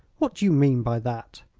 what do you mean by that?